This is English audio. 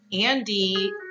Andy